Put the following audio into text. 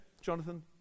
Jonathan